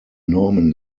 norman